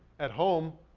at home,